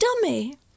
dummy